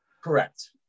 Correct